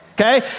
Okay